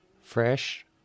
fresh